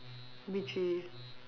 B three